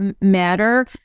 matter